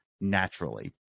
naturally